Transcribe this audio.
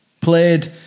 played